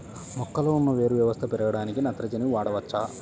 మొక్కలో ఉన్న వేరు వ్యవస్థ పెరగడానికి నత్రజని వాడవచ్చా?